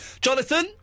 Jonathan